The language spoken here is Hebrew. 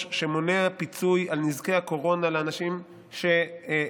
שמונע פיצוי על נזקי הקורונה לאנשים שנפגעים